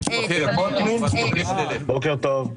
אבל אני חוויתי אותו וחווה אותו